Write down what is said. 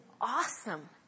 awesome